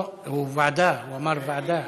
אמר ועדה.